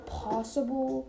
possible